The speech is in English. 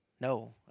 No